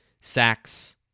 Sacks